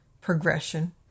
progression